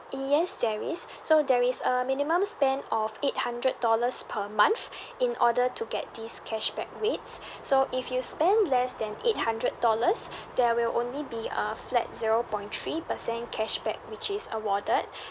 yes there is so there is a minimum spend of eight hundred dollars per month in order to get this cashback rates so if you spend less than eight hundred dollars there will only be a flat zero point three percent cashback which is awarded